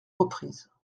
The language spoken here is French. reprises